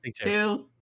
two